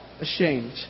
ashamed